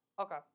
Okay